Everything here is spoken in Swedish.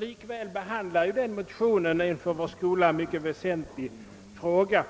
Likväl berör den motionen för vår skola mycket väsentliga frågor